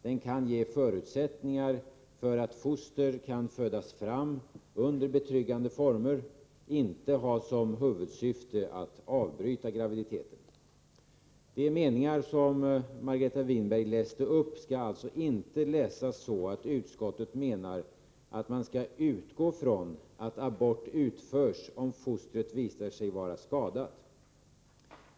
Den kan ge förutsättningar för att foster kan födas fram under betryggande former och skall inte ha som huvudsyfte att avbryta graviditeten. De meningar som Margareta Winberg läste upp skall alltså inte läsas så, att utskottet menar att man skall utgå från att abort utförs om fostret visar sig vara skadat.